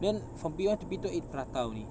then from P one to P two I eat prata only